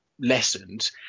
lessened